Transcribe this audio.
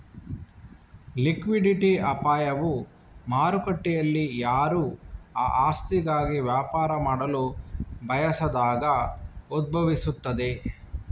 liquidity ಅಪಾಯವು ಮಾರುಕಟ್ಟೆಯಲ್ಲಿಯಾರೂ ಆ ಆಸ್ತಿಗಾಗಿ ವ್ಯಾಪಾರ ಮಾಡಲು ಬಯಸದಾಗ ಉದ್ಭವಿಸುತ್ತದೆ